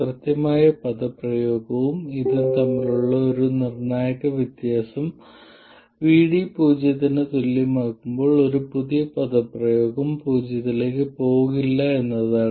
കൃത്യമായ പദപ്രയോഗവും ഇതും തമ്മിലുള്ള ഒരു നിർണായക വ്യത്യാസം VD പൂജ്യത്തിന് തുല്യമാകുമ്പോൾ ഒരു പുതിയ പദപ്രയോഗം പൂജ്യത്തിലേക്ക് പോകില്ല എന്നതാണ്